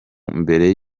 mbere